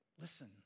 Listen